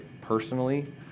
personally